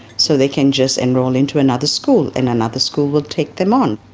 so they can just enrol into another school and another school will take them on.